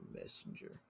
messenger